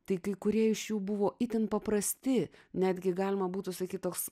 tai kai kurie iš jų buvo itin paprasti netgi galima būtų sakyt toks